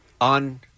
on